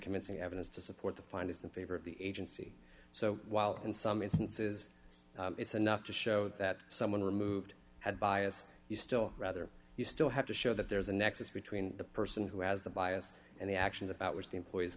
convincing evidence to support the find is the favor of the agency so while in some instances it's enough to show that someone removed at bias you still rather you still have to show that there's a nexus between the person who has the bias and the actions about which the employee